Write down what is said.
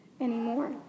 anymore